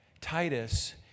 Titus